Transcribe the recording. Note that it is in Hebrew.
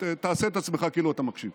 תעשה את עצמך כאילו אתה מקשיב.